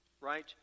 right